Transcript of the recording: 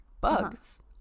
bugs